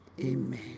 Amen